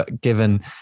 given